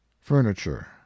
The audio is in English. furniture